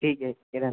ठीक है जी धन्यवाद